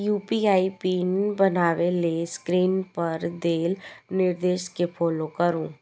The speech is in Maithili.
यू.पी.आई पिन बनबै लेल स्क्रीन पर देल निर्देश कें फॉलो करू